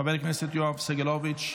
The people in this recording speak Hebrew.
חבר הכנסת יואב סגלוביץ'